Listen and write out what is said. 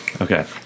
Okay